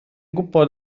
gwybod